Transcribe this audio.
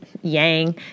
Yang